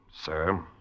sir